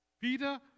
Peter